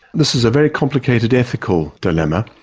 this is a very complicated ethical dilemma.